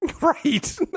right